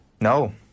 No